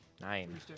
Nine